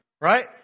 Right